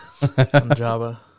Java